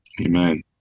Amen